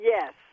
Yes